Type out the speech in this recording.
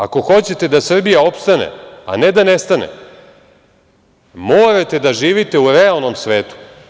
Ako hoćete da Srbija opstane, a ne da nestane morate da živite u realnom svetu.